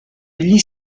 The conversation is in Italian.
degli